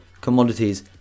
commodities